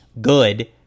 good